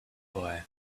boy